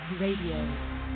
Radio